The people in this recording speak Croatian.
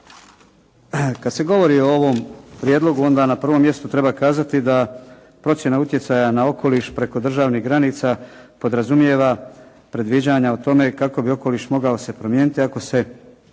Kad se govori o ovom prijedlogu onda na prvom mjestu treba kazati da procjena utjecaja na okoliš preko državnih granica podrazumijeva predviđanja o tome kako bi okoliš mogao se promijeniti ako se